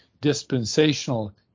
dispensational